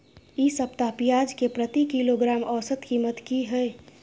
इ सप्ताह पियाज के प्रति किलोग्राम औसत कीमत की हय?